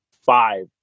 five